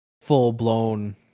full-blown